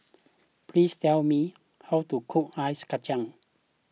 please tell me how to cook Ice Kachang